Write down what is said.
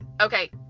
okay